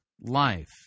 life